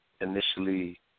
initially